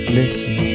listen